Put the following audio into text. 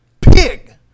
Pig